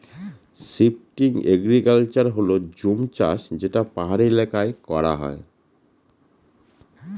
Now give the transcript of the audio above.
shifting agriculture হল জুম চাষ যেটা পাহাড়ি এলাকায় করা হয়